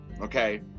okay